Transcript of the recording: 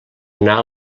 anar